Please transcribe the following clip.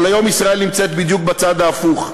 אבל היום ישראל נמצאת בדיוק בצד ההפוך,